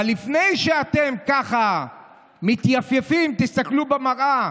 אבל לפני שאתם ככה מתייפייפים, תסתכלו במראה.